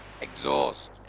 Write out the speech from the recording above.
exhaust